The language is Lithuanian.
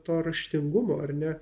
to raštingumo ar ne